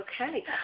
Okay